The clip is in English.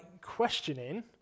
questioning